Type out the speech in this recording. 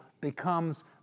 becomes